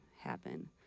happen